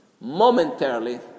Momentarily